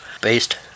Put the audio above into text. based